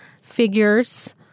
figures